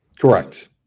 Correct